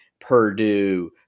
Purdue